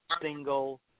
single